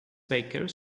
baker